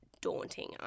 daunting